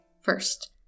First